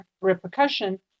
repercussion